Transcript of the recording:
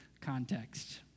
context